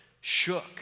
shook